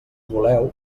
voleu